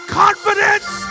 confidence